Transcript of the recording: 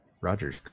Roger